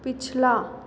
पिछला